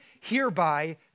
hereby